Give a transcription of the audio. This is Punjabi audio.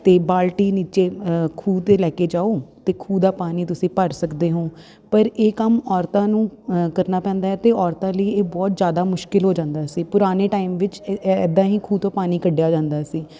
ਅਤੇ ਬਾਲਟੀ ਨੀਚੇ ਖੂਹ 'ਤੇ ਲੈ ਕੇ ਜਾਓ ਅਤੇ ਖੂਹ ਦਾ ਪਾਣੀ ਤੁਸੀਂ ਭਰ ਸਕਦੇ ਹੋ ਪਰ ਇਹ ਕੰਮ ਔਰਤਾਂ ਨੂੰ ਕਰਨਾ ਪੈਂਦਾ ਅਤੇ ਔਰਤਾਂ ਲਈ ਇਹ ਬਹੁਤ ਜ਼ਿਆਦਾ ਮੁਸ਼ਕਿਲ ਹੋ ਜਾਂਦਾ ਸੀ ਪੁਰਾਣੇ ਟਾਈਮ ਵਿੱਚ ਇੱਦਾਂ ਹੀ ਖੂਹ ਤੋਂ ਪਾਣੀ ਕੱਢਿਆ ਜਾਂਦਾ ਸੀ